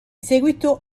seguito